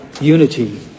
unity